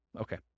Okay